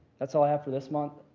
that's all i have for this month.